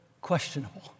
questionable